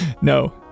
no